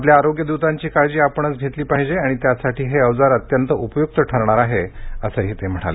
आपल्या आरोग्य दूतांची काळजी आपणच घेतली पाहिजे आणि त्यासाठी हे अवजार अत्यंत उपयूक्त ठरणार आहे असंही ते म्हणाले